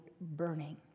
burning